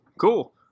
Cool